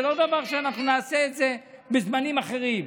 זה לא דבר שאנחנו נעשה בזמנים אחרים.